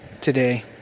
Today